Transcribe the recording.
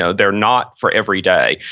so they're not for everyday,